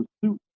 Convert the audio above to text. pursuit